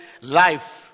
life